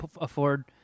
afford